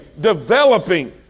developing